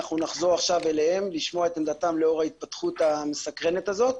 נחזור עכשיו אליהם לשמוע את עמדתם לאור ההתפתחות המסקרנת הזאת.